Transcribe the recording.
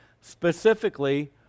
specifically